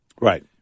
Right